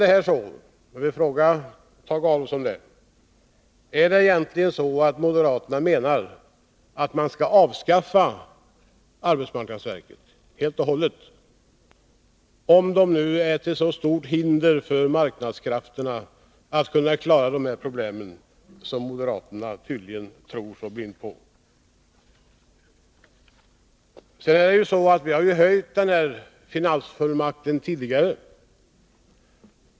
Jag skulle vilja fråga Tage Adolfsson: Skall vi tolka detta så att moderaterna menar att vi skall avskaffa arbetsmarknadsverket helt och hållet, om detta nu är till så stort hinder för marknadskrafterna att klara problemen som moderaterna tydligen blint tror? Vi har tidigare höjt finansfullmakten.